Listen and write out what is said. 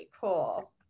cool